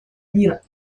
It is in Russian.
мира